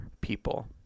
people